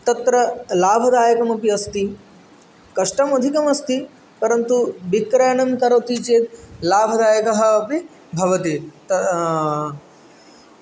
तत्र लाभदायकमपि अस्ति कष्टं अधिकमस्ति परन्तु विक्रयणं करोति चेत् लाभदायकः अपि भवति